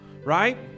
Right